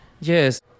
Yes